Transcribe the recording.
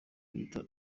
bita